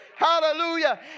Hallelujah